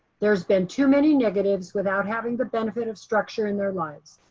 there's been too many negatives without having the benefit of structure in their lives.